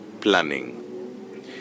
planning